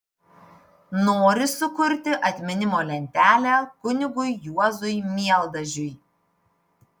nori sukurti atminimo lentelę kunigui juozui mieldažiui